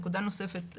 נקודה נוספת.